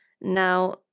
Now